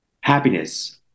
happiness